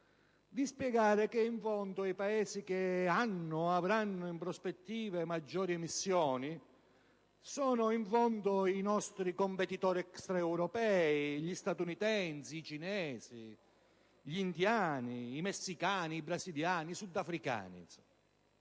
a spiegare che in fondo i Paesi che hanno o avranno in prospettiva maggiori emissioni sono in fondo i nostri competitori extraeuropei (gli statunitensi, i cinesi, gli indiani, i messicani, i brasiliani, i sudafricani),